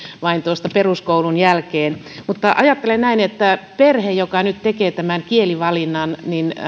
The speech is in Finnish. vain tuosta peruskoulun jälkeen ajattelen näin että perhe joka nyt tekee tämän kielivalinnan